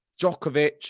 Djokovic